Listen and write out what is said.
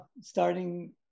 starting